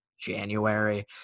January